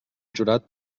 jurat